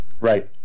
Right